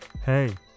Hey